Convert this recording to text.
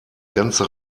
ganze